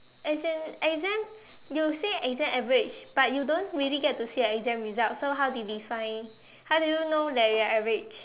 as in exam you say exams average but you don't really get to see your exam results so how did you define how do you know that you are average